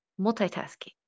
multitasking